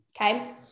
okay